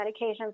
medications